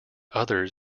others